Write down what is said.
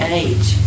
age